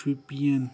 Shopian